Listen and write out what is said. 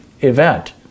event